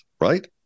right